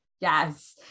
Yes